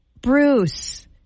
Bruce